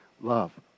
love